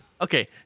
Okay